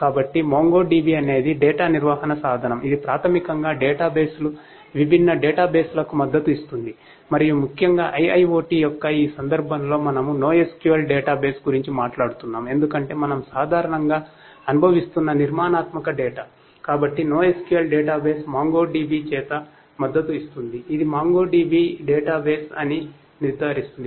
కాబట్టి NoSQL data యొక్క సారూప్య వీక్షణను సృష్టిస్తుంది